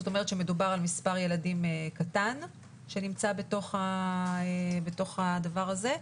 זאת אומרת שמדובר על מספר ילדים קטן שנמצא בתוך הדבר הזה.